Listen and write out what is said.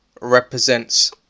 represents